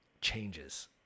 changes